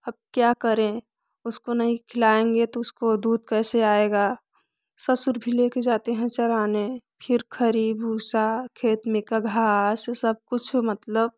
अब क्या करें उसको नहीं खिलाएंगे तो उसको दूध कैसे आएगा ससुर भी लेके जाते हैं चराने फिर खरी भूसा खेत में का घास सब कुछ मतलब